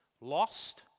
Lost